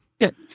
good